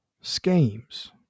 schemes